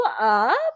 up